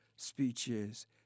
speeches